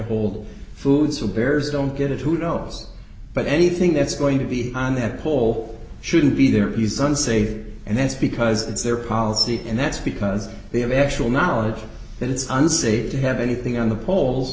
hold food so bears don't get it who knows but anything that's going to be on that pole shouldn't be there is unsafe and that's because it's their policy and that's because they have actual knowledge that it's unsafe to have anything on the polls